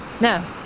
No